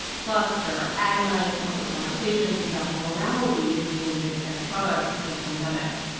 plus, there are agonized public conversations about the morality of using big tex products in a pandemic.